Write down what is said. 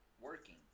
working